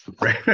Right